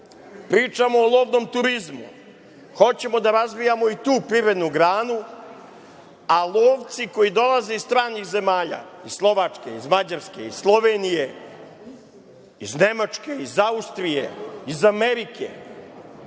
o lovnom turizmu. Hoćemo da razvijamo i tu privrednu granu, a lovci koji dolaze iz stranih zemalja iz Slovačke, iz Mađarske, iz Slovenije, iz Nemačke, iz Austrije, iz Amerike